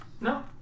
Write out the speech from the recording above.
No